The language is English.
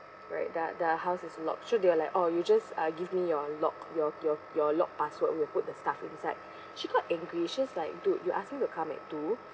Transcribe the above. right the the house is locked so they are like oh you just uh give me your lock your your your lock password we'll put the stuff inside she got angry she was like dude you ask me to come at two um